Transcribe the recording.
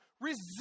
Resist